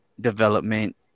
development